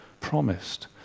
promised